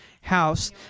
house